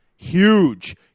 Huge